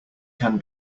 can